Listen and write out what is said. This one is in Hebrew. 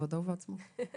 בכבודו ובעצמו.